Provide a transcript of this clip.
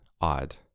Odd